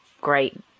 great